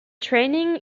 training